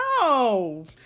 no